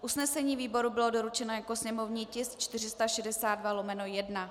Usnesení výboru bylo doručeno jako sněmovní tisk 462/1.